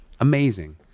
amazing